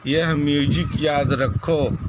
یہ میوزک یاد رکھو